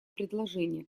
предложения